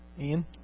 Ian